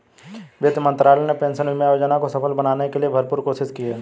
वित्त मंत्रालय ने पेंशन बीमा योजना को सफल बनाने की भरपूर कोशिश की है